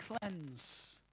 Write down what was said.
cleanse